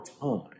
time